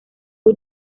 fue